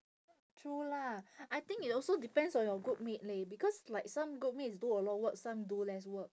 true lah I think it also depends on your groupmate leh because like some groupmates do a lot of work some do less work